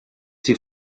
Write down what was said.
die